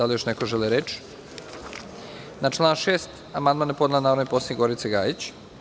Da li još neko želi reč? (Ne) Na član 6. amandman je podnela narodni poslanik Gorica Gajić.